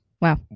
Wow